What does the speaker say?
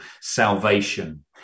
salvation